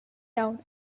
down